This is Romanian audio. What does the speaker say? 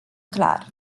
clar